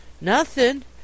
Nothing